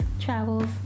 travels